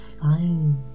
fine